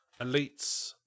elites